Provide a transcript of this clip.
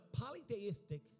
polytheistic